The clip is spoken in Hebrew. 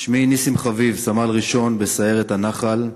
שמי נסים חביב, סמל ראשון בסיירת הנח"ל.